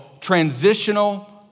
transitional